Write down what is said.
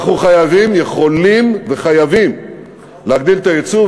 אנחנו יכולים וחייבים להגדיל את היצוא.